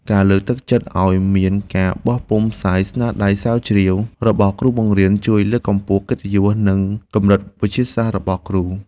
ការលើកទឹកចិត្តឱ្យមានការបោះពុម្ពផ្សាយស្នាដៃស្រាវជ្រាវរបស់គ្រូបង្រៀនជួយលើកកម្ពស់កិត្តិយសនិងកម្រិតវិទ្យាសាស្ត្ររបស់គ្រូ។